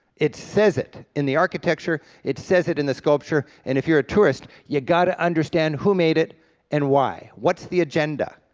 it says it in the architecture, it says it in the sculpture, and if you're a tourist, you gotta understand who made it and why. what's the agenda?